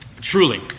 Truly